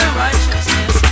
righteousness